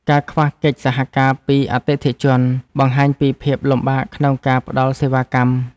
ការខ្វះកិច្ចសហការពីអតិថិជន បង្ហាញពីភាពលំបាកក្នុងការផ្ដល់សេវាកម្ម។